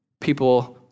people